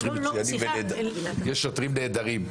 יש שוטרים נהדרים,